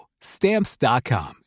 Stamps.com